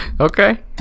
Okay